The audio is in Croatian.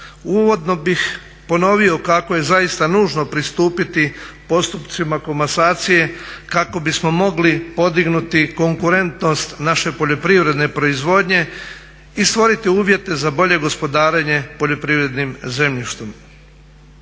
Uvodno bih ponovio kako je zaista nužno pristupiti postupcima komasacije kako bismo mogli podignuti konkurentnost naše poljoprivredne proizvodnje i stvoriti uvjete za bolje gospodarenje poljoprivrednim zemljištem.